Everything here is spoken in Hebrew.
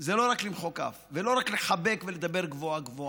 זה לא רק למחוא כף ולא רק לחבק ולדבר גבוהה-גבוהה,